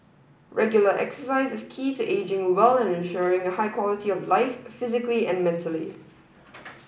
regular exercise is key to ageing well and ensuring a high quality of life physically and mentally